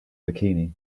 bikini